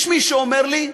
יש מי שאומר לי: